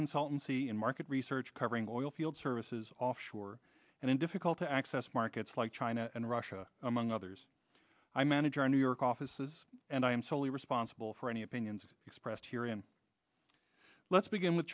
consultancy and market research covering oilfield services offshore and in difficult to access markets like china and russia among others i manage our new york offices and i am solely responsible for any opinions expressed here and let's begin with